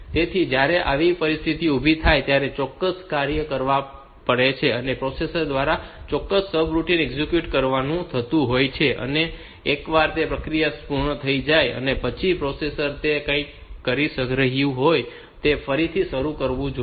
તેથી જ્યારે આવી પરિસ્થિતિ ઉભી થાય ત્યારે ત્યાં ચોક્કસ કાર્ય કરવા પડે છે અને પ્રોસેસર દ્વારા ચોક્કસ રૂટિન એક્ઝિક્યુટ કરવાનું થતું હોય છે અને એકવાર તે પ્રક્રિયા પૂર્ણ થઈ જાય પછી પ્રોસેસર તે જે કંઈ પણ કરી રહ્યું હતું તેને ફરી શરૂ કરવું જોઈએ